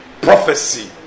prophecy